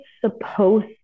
supposed